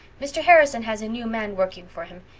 mr. harrison has a new man working for him.